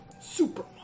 Super